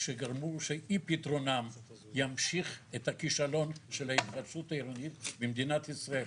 שאי פתרונם ימשיך את הכישלון של ההתחדשות העירונית במדינת ישראל.